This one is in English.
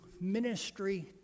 ministry